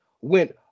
went